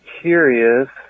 curious